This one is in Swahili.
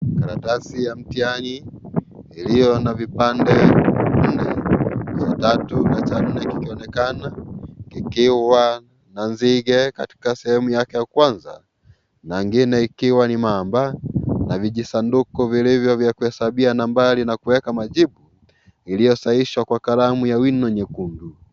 Karatasi ya mtihani iliyo na vipande vinne ,tatu na cha nne kikionekana kikiwa na nzige katika sehemu yake wa kwanza na ingine ikiwa ni mamba na kijisanduku vilivyo hesabi nambari na kueka majibu iliyo sahihishwa kwa kalamu ya wino nyekundu .